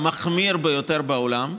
המחמיר ביותר בעולם,